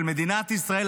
של מדינת ישראל,